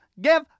give